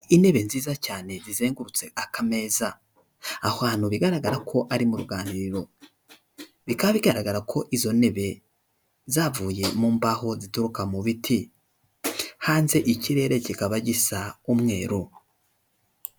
Intebe nziza cyane zizengurutse akameza, ahantu bigaragara ko ari mu ruganiriro, bikaba bigaragara ko izo ntebe zavuye mu mbaho zituruka mu biti, hanze ikirere kikaba gisa umweru.